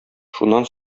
шуннан